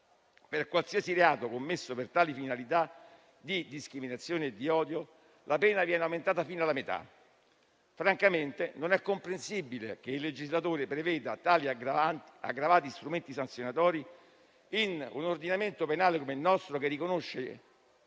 per qualsiasi reato commesso per tali finalità di discriminazione e di odio la pena viene aumentata fino alla metà. Francamente, non è comprensibile che il legislatore preveda tali aggravati strumenti sanzionatori in un ordinamento penale come il nostro, che riconosce